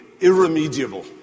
irremediable